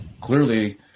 clearly